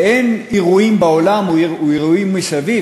ואין אירועים בעולם או אירועים מסביב,